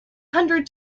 hundred